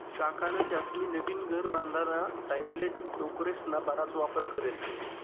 काकान त्यास्नी नवीन घर बांधाना टाईमले टोकरेस्ना बराच वापर करेल शे